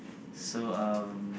so um